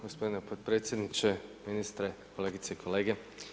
Gospodine potpredsjedniče, ministre, kolegice i kolege.